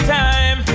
time